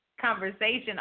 conversation